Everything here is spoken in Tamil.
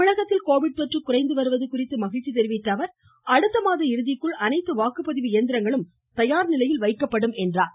தமிழகத்தில் கோவிட் கொற்று குறைந்து வருவது குறித்து மகிழ்ச்சி தெரிவித்த அவர் அடுத்த மாத இறுதிக்குள் அனைத்து வாக்குப்பதிவு இயந்திரங்களும் தயார் நிலையில் வைக்கப்படும் என்றார்